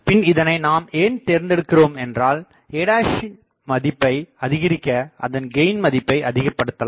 பின் இதனை நாம் ஏன் தேர்ந்தெடுக்கிறோம் என்றால் a மதிப்பை அதிகரிக்க அதன் கெயின் மதிப்பை அதிகபடுத்தலாம்